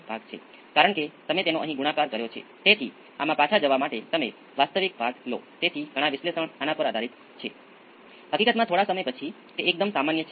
હવે મેં અહીં જે આપ્યું છે તેની સાથે તે કેવી રીતે સંબંધિત છે આ કરંટ છે